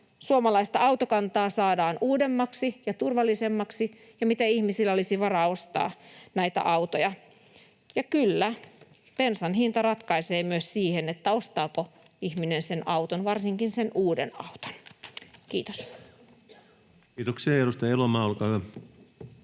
suomalaista autokantaa saadaan uudemmaksi ja turvallisemmaksi ja miten ihmisillä olisi varaa ostaa näitä autoja. Ja kyllä, bensan hinta ratkaisee myös siinä, ostaako ihminen auton, varsinkin sen uuden auton. — Kiitos. Kiitoksia. — Edustaja Elomaa, olkaa hyvä.